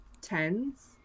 tens